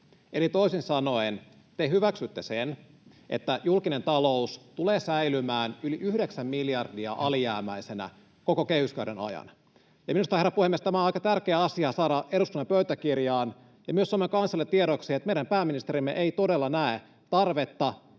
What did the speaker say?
Eli toisin sanoen te hyväksytte sen, että julkinen talous tulee säilymään yli yhdeksän miljardia alijäämäisenä koko kehyskauden ajan. Minusta, herra puhemies, tämä on aika tärkeä asia saada eduskunnan pöytäkirjaan ja myös Suomen kansalle tiedoksi, että meidän pääministerimme ei todella näe tarvetta